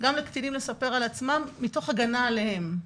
גם לקטינים לספר על עצמם, מתוך הגנה עליהם.